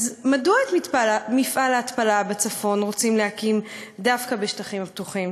אז מדוע את מפעל ההתפלה בצפון רוצים להקים דווקא בשטחים הפתוחים?